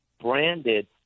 branded